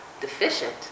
deficient